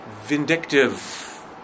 vindictive